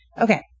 Okay